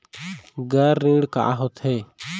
गैर ऋण का होथे?